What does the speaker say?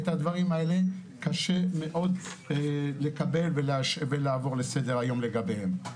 את הדברים האלה קשה מאוד לקבל ולעבור לסדר-היום לגביהם.